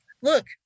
look